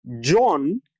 John